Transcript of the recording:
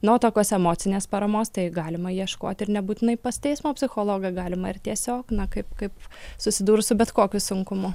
na o tokios emocinės paramos tai galima ieškoti ir nebūtinai pas teismo psichologą galima ir tiesiog na kaip kaip susidūrus su bet kokiu sunkumu